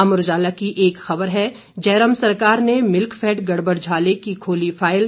अमर उजाला की एक खबर है जयराम सरकार ने मिल्कफेड गड़बड़झाले की खोली फाइल